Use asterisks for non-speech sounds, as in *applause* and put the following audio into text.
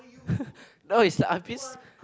*laughs* no it's a I'm pissed